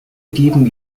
geben